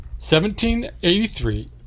1783